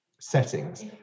settings